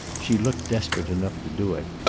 she looked desperate enough to do it,